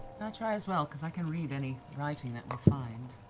i try, as well, because i can read any writing that we find?